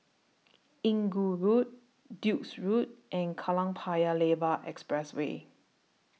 Inggu Road Duke's Road and Kallang Paya Lebar Expressway